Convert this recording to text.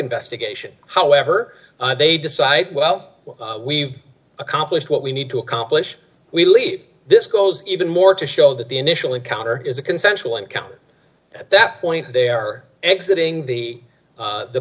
investigation however they decide well we've accomplished what we need to accomplish we leave this goes even more to show that the initial encounter is a consensual encounter at that point they are exiting the